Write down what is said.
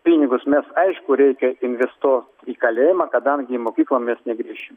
pinigus mes aišku reikia investuot į kalėjimą kadangi į mokyklą mes negrįšim